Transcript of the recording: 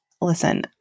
listen